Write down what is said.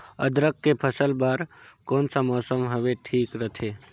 अदरक के फसल बार कोन सा मौसम हवे ठीक रथे?